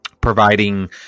providing